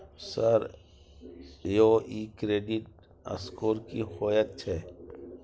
Sir यौ इ credit score की होयत छै?